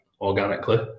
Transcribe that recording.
organically